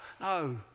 No